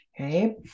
okay